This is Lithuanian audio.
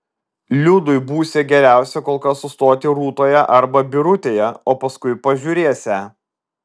liudui būsią geriausia kol kas sustoti rūtoje arba birutėje o paskui pažiūrėsią